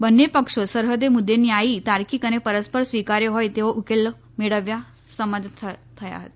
બંને પક્ષો સરહૃદ મુદ્દે ન્યાયી તાર્કિક અને પરસ્પર સ્વીકાર્ય હોય તેવો ઉકેલ મેળવવા સંમત થયા હતા